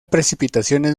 precipitaciones